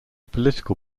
political